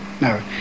No